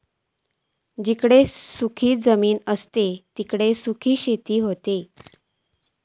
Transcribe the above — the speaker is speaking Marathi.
जिकडे सुखी जमीन असता तिकडे सुखी शेती करतत